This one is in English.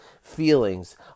feelings